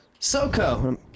SoCo